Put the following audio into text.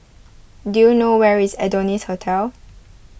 do you know where is Adonis Hotel